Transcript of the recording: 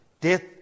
death